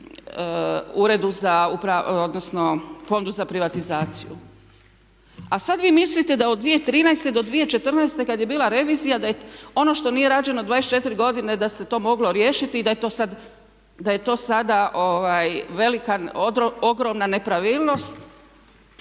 u tadašnjem Fondu za privatizaciju. A sad vi mislite da od 2013. do 2014. kad je bila revizija da je ono što nije rađeno 24 godine da se to moglo riješiti i da je to sad velika ogromna nepravilnost.